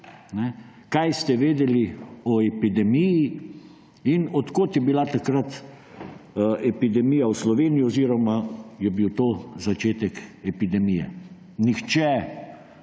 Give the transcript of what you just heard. Kaj ste vedeli o epidemiji? Od kod je bila takrat epidemija v Sloveniji oziroma je bil to začetek epidemije? Nihče